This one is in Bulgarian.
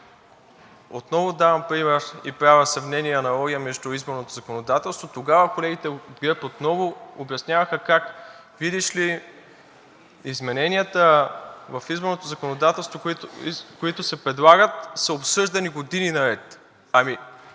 отново давам пример и правя сравнение и аналогия между изборното законодателство, тогава колегите от ГЕРБ отново обясняваха как, видиш ли, измененията в изборното законодателство, които се предлагат, са обсъждани години наред. По